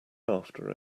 after